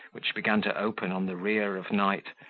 which began to open on the rear of night,